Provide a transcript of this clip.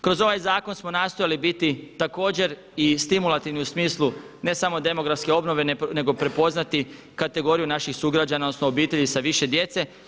Kroz ovaj zakon smo nastojali biti također i stimulativni u smislu ne samo demografske obnove nego prepoznati kategoriju naših sugrađana odnosno obitelji sa više djece.